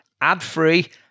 ad-free